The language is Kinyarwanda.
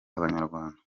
abanyarwanda